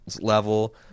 level